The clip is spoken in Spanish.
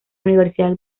universidad